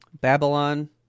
Babylon